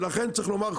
לכן צריך לומר,